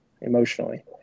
emotionally